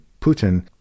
Putin